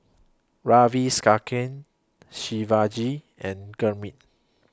Ravi Shankar Shivaji and Gurmeet